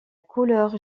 couleur